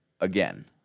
again